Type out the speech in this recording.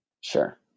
Sure